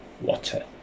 Water